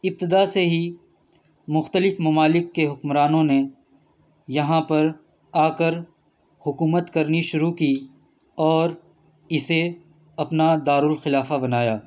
ابتدا سے ہی مختلف ممالک کے حکمرانوں نے یہاں پر آ کر حکومت کرنی شروع کی اور اسے اپنا دارُالخلافہ بنایا